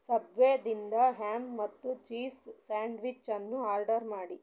ಸಬ್ವೆದಿಂದ ham ಮತ್ತು cheese ಸ್ಯಾಂಡ್ವಿಚ್ಚನ್ನು order ಮಾಡಿ